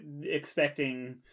expecting